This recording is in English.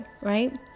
right